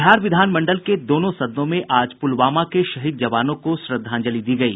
बिहार विधानमंडल के दोनों सदनों में आज पुलवामा के शहीद जवानों को श्रद्धांजलि दी गयी